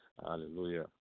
hallelujah